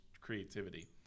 creativity